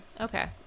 Okay